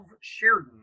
Sheridan